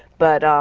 but